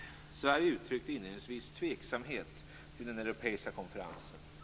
Sverige uttryckte inledningsvis tveksamhet till den europeiska konferensen.